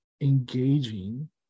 engaging